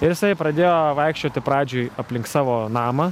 ir jisai pradėjo vaikščioti pradžiai aplink savo namą